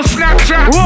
Snapchat